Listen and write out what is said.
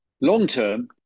Long-term